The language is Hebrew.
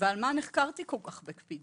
על מה נחקרתי כל כך בקפידה?